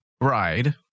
ride